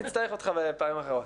אני אצטרך אותך בפעמים אחרות.